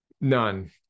None